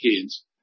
kids